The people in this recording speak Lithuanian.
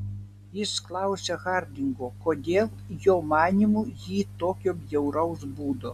jis klausia hardingo kodėl jo manymu ji tokio bjauraus būdo